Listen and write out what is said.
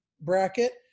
bracket